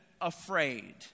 afraid